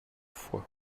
fois